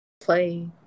Play